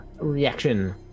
reaction